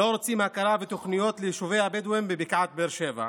לא רוצים הכרה ותוכניות ליישובי הבדואים בבקעת באר שבע,